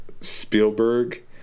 Spielberg